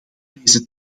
deze